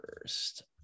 first